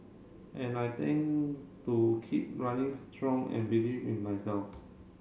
and I tend to keep running strong and believe in myself